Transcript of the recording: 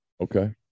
Okay